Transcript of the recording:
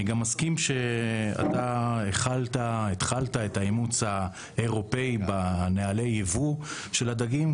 אני גם מסכים שאתה התחלת את האימוץ האירופי בנהלי הייבוא של הדגים.